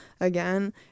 again